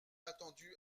attendu